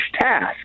task